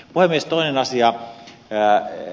toinen asia ed